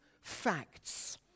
facts